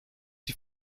die